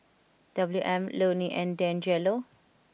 W M Lonie and Deangelo